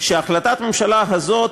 והחלטת הממשלה הזאת,